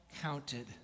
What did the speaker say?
counted